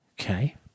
Okay